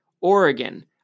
Oregon